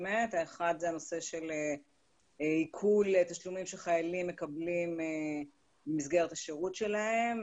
האחד זה הנושא של עיקול תשלומים שחיילים מקבלים במסגרת השירות שלהם,